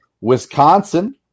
Wisconsin